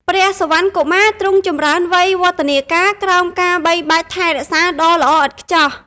ព្រះសុវណ្ណកុមារទ្រង់ចម្រើនវ័យវឌ្ឍនាការក្រោមការបីបាច់ថែរក្សាដ៏ល្អឥតខ្ចោះ។